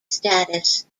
status